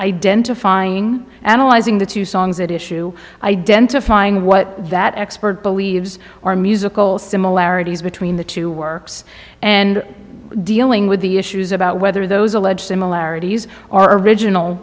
identifying analyzing the two songs that issue identifying what that expert believes or musical similarities between the two works and dealing with the issues about whether those alleged similarities are original